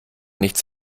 nichts